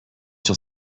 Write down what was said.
sur